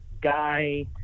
guy